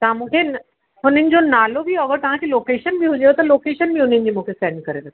तव्हां मूंखे न हुननि जो नालो बि और तव्हांखे लोकेशन बि हुजेव त लोकेशन बि उन्हनि जी मूंखे सेंड करे रखिजो